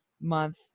month